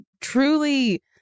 truly